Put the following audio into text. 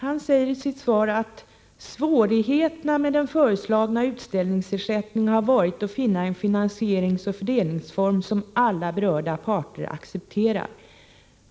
Han säger i sitt svar: ”Svårigheterna med den föreslagna utställningsersättningen har varit att finna en finansieringsoch fördelningsform som alla berörda parter accepterar.